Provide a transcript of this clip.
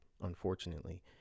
unfortunately